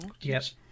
yes